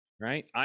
right